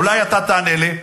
אולי אתה תענה לי.